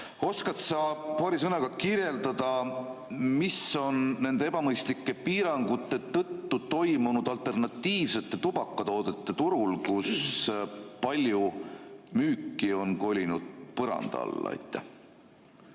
Oskad sa paari sõnaga kirjeldada, mis on nende ebamõistlike piirangute tõttu toimunud alternatiivsete tubakatoodete turul, kus palju müüki on kolinud põranda alla? Tänan!